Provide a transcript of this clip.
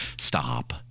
stop